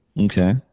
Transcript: Okay